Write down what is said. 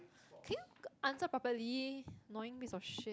can you answer properly annoying piece of shi